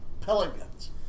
Pelicans